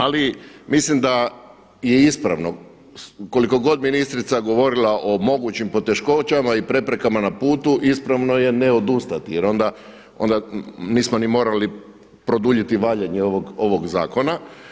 Ali mislim da je ispravno koliko god ministrica govorila o mogućim poteškoćama i preprekama na putu ispravno je ne odustati, jer onda nismo ni morali produljiti valjanje ovog zakona.